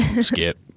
skip